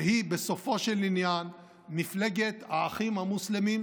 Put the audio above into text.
שהיא בסופו של עניין מפלגת האחים המוסלמים,